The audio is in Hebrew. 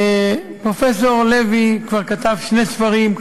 פרופסור לוי כבר כתב שני ספרים,